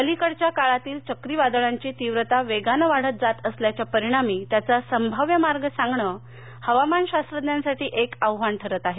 अलिकडच्या काळातील चक्रीवादळांची तीव्रता वेगानं वाढत जात असल्याच्या परिणामी त्याचा संभाव्य मार्ग सांगणं हवामान शास्त्रज्ञांसाठी एक आव्हान ठरत आहे